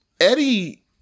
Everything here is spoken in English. Eddie